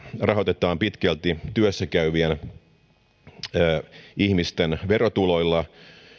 rahoitetaan pitkälti työssä käyvien ihmisten verotuloilla